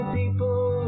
people